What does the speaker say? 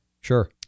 sure